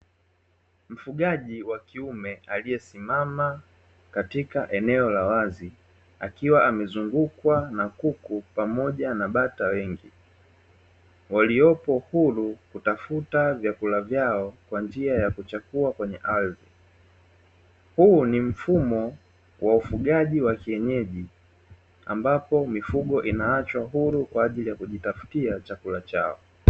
Mfugaji wa kiume aliyesimama katika eneo la wazi, akiwa amezungukwa na kuku pamoja na bata wengi, waliopo huru kutafuta vyakula vyao kwa njia ya kuchukua kwenye ardhi. Huu ni mfumo wa ufugaji wa kienyeji, ambapo mifugo inaachwa huru kwa ajili ya kujitafutia chakula chao.